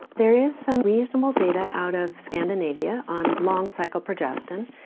there is some reasonable data out of scandinavia on long-cycle progesterone.